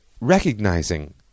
recognizing